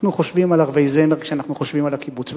אנחנו חושבים על ערבי זמר כשאנחנו חושבים על הקיבוץ,